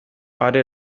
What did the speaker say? are